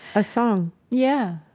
a song yeah,